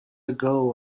ago